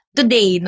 Today